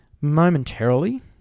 Momentarily